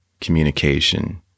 communication